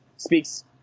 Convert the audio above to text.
speaks